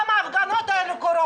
למה ההפגנות האלה קורות?